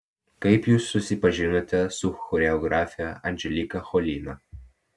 kaip jūs susipažinote su choreografe anželika cholina